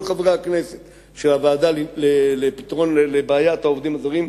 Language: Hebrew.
כל חברי הכנסת של הוועדה לבעיית העובדים הזרים,